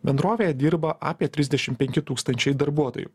bendrovėje dirba apie trisdešim penki tūkstančiai darbuotojų